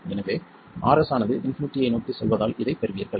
எனவே Rs ஆனது இன்பினிட்டியை நோக்கிச் செல்வதால் இதைப் பெறுவீர்கள்